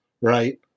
right